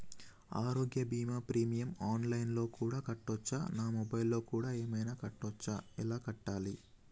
ఆరోగ్య బీమా premium online లో కూడా కట్టచ్చా? నా మొబైల్లో కూడా ఏమైనా కట్టొచ్చా? ఎలా కట్టాలి?